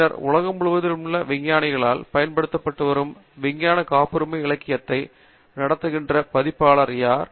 பின்னர் உலகம் முழுவதிலுமுள்ள விஞ்ஞானிகளால் பயன்படுத்தப்பட்டுவரும் விஞ்ஞான காப்புரிமை இலக்கியத்தை நடத்துகின்ற பதிப்பாளர்கள் யார்